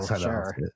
sure